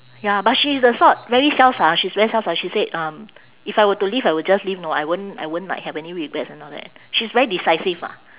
ya but she is the sort very self~ ah she's very self-s~ she said um if I were to leave I would just leave know I won't I won't like have any regrets and all that she's very decisive ah